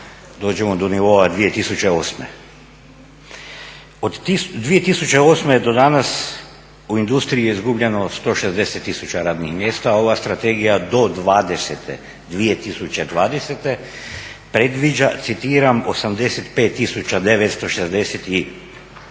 dođemo do nivoa 2008. Od 2008.do danas u industriji je izgubljeno 160 tisuća radnih mjesta, a ova strategija do 2020.predviđa citiram "86